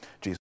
Jesus